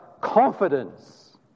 confidence